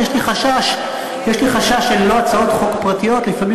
יש לי חשש שללא הצעות חוק פרטיות לפעמים